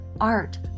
art